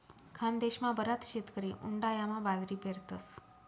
खानदेशमा बराच शेतकरी उंडायामा बाजरी पेरतस